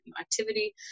activity